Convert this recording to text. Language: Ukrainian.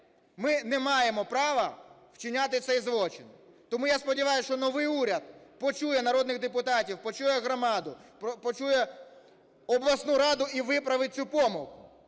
Ми не маємо права вчиняти цей злочин. Тому, я сподіваюсь, що новий уряд почує народних депутатів, почує громаду, почує обласну раду і виправить цю помилку.